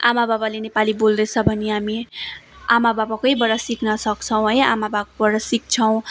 आमा बाबाले नेपाली बोल्दैछ भने हामी आमा बाबाकैबाट सिक्न सक्छौँ है आमा बाबाकोबाट सिक्छौँ